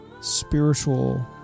spiritual